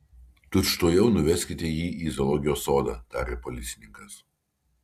tučtuojau nuveskite jį į zoologijos sodą tarė policininkas